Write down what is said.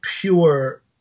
pure